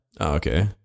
Okay